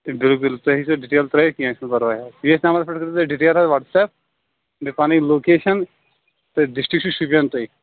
بِلکُل تُہۍ تھأوۍزیٚو ڈِٹیل ترٛٲوِتھ کیٚنٛہہ چھُنہٕ پرواے حظ ییٚتھۍ نمبرس پیٚٹھ ترٛٲوۍ زیٚو تُہۍ ڈِٹیل حظ وٹس ایپ بیٚیہِ پنٕنۍ لوکیشن تہٕ ڈِسٹرکٹ چھُو شُپین تۄہہِ